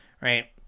Right